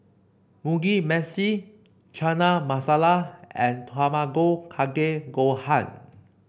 Mugi Meshi Chana Masala and Tamago Kake Gohan